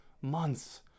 months